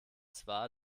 zwar